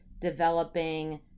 developing